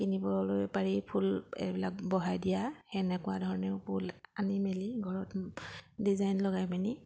কিনিবলৈ পাৰি ফুল এইবিলাক বহাই দিয়া সেনেকুৱা ধৰণেও ফুল আনি মেলি ঘৰত ডিজাইন লগাই পিনি